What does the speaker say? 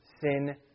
sin